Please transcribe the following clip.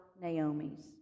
Naomi's